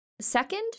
second